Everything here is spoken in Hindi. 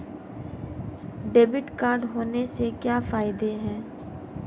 डेबिट कार्ड होने के क्या फायदे हैं?